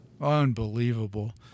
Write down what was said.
Unbelievable